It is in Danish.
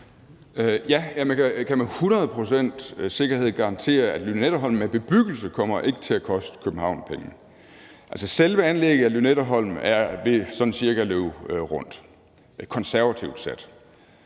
procents sikkerhed garantere, at Lynetteholm med bebyggelse ikke kommer til at koste København penge. Altså, selve anlægget af Lynetteholm vil sådan cirka løbe rundt, konservativt sat.